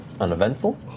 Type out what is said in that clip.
uneventful